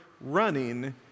running